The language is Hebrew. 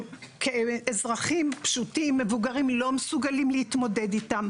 כאזרחים פשוטים מבוגרים לא מסוגלים להתמודד איתם,